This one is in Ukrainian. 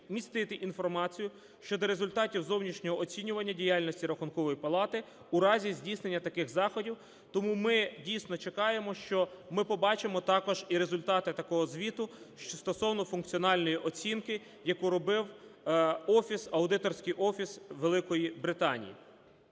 містити інформацію щодо результатів зовнішнього оцінювання діяльності Рахункової палати у разі здійснення таких заходів. Тому ми, дійсно, чекаємо, що ми побачимо також і результати такого звіту стосовно функціональної оцінки, яку робив офіс, аудиторський офіс Великої Британії.